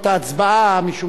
משום שהכנסת כולה,